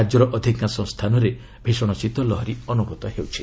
ରାଜ୍ୟର ଅଧିକାଂଶ ସ୍ଥାନରେ ଭୀଷଣ ଶୀତଲହରୀ ଅନୁଭୂତ ହେଉଛି